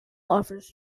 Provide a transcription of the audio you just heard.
offers